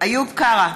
איוב קרא,